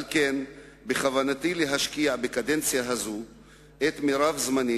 על כן בכוונתי להשקיע בקדנציה הזו את מירב זמני